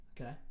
okay